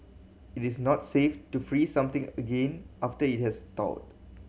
it is not safe to freeze something again after it has thawed